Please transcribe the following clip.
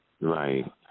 Right